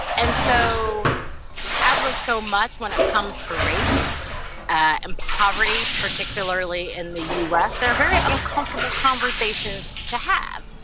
and so as with so much, when it comes to race and poverty, particularly in the u s, they're very uncomfortable conversations to have